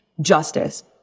justice